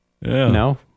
No